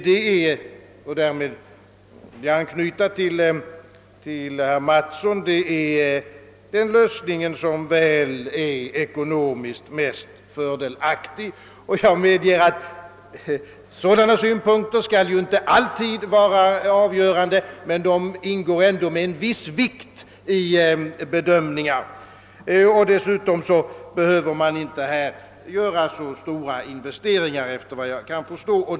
Jag vill anknyta till herr Mattsson och säga, att det också är den ekonomiskt mest fördelaktiga lösningen. Jag anser inte, att sådana synpunkter alltid skall vara avgörande, men de måste ändå med en viss tyngd ingå i bedömningar av detta slag. Dessutom behöver man, såvitt jag förstår, enligt detta alternativ inte göra så stora investeringar.